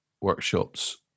workshops